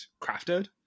crafted